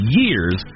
years